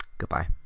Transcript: Goodbye